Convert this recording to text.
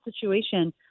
situation